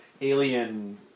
alien